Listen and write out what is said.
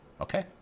okay